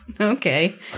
okay